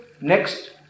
Next